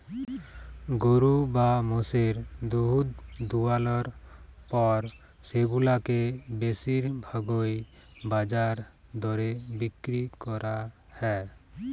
গরু বা মোষের দুহুদ দুয়ালর পর সেগুলাকে বেশির ভাগই বাজার দরে বিক্কিরি ক্যরা হ্যয়